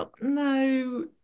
no